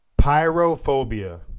Pyrophobia